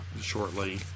shortly